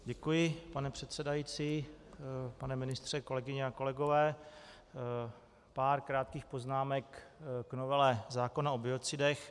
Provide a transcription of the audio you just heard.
Děkuji, pane předsedající, pane ministře, kolegyně a kolegové, pár krátkých poznámek k novele zákona o biocidech.